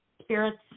spirits